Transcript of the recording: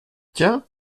tiens